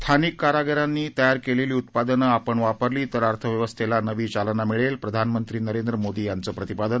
स्थानिक कारागिरांनी तयार केलेली उत्पादनं आपण वापरली तर अर्थव्यवस्थेला नवी चालना मिळेल प्रधानमंत्री नरेंद्र मोदी यांचं प्रतिपादन